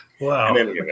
Wow